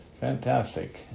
Fantastic